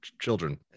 children